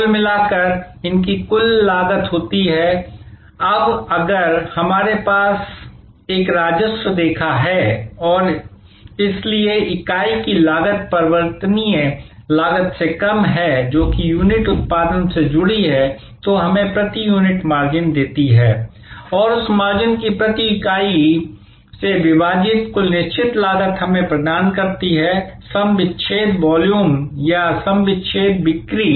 कुल मिलाकर इनकी कुल लागत होती है अब अगर हमारे पास एक राजस्व रेखा है और इसलिए इकाई की लागत परिवर्तनीय लागत से कम है जो कि यूनिट उत्पादन से जुड़ी है तो हमें प्रति यूनिट मार्जिन देती है और उस मार्जिन प्रति इकाई से विभाजित कुल निश्चित लागत हमें प्रदान करती है सम विच्छेद वॉल्यूम या सम विच्छेद बिक्री